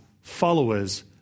followers